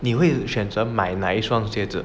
你会选择买那一双鞋子